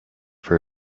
for